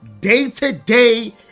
day-to-day